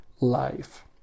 life